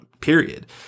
period